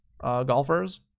golfers